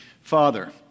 Father